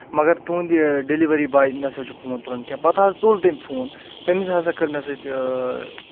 مگر تُہُنٛد ڈیلِؤری باے نَسا چھُ فون تُلان کینٛہہ پَتہٕ حظ تُل تٔمۍ فون تٔمِس ہَسا کٔر مےٚ سۭتۍ اۭں